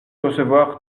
recevoir